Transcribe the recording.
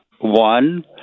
One